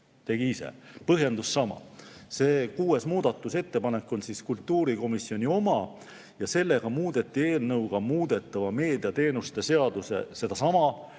ise. Põhjendus on sama. Kuues muudatusettepanek on seega kultuurikomisjoni oma ja sellega muudeti eelnõuga muudetava meediateenuste seaduse [§ 19